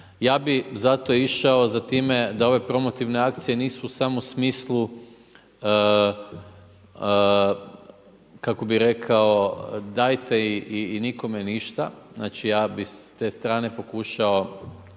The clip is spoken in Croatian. Ja bi zato išao za time, da ove promotivne akcije, nisu samo u smislu, kako bi rekao, dajte i nikome ništa. Znači, ja bi s te strane pokušao